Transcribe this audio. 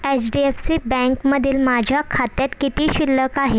as D F C बँकमधील माझ्या खात्यात किती शिल्लक आहे